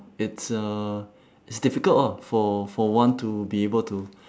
it's uh it's difficult ah for for one to be able to